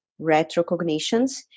retrocognitions